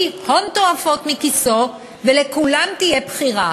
אדם יוציא הון תועפות מכיסו ולכולם תהיה בחירה.